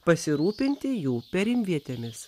pasirūpinti jų perimvietėmis